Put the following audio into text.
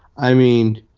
i mean,